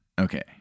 Okay